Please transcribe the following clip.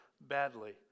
badly